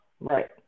Right